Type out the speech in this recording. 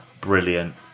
brilliant